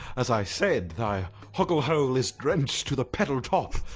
as i seyd, thy hoghol is drenched to the petal toppe.